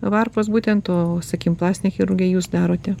varpos būtent o sakykim plastinę chirurgiją jūs darote